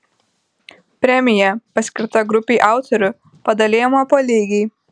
premija paskirta grupei autorių padalijama po lygiai